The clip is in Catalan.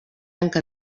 que